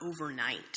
overnight